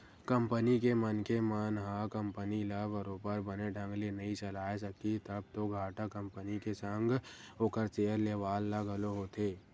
company के मनखे मन ह कंपनी ल बरोबर बने ढंग ले नइ चलाय सकिस तब तो घाटा कंपनी के संग ओखर सेयर लेवाल ल घलो होथे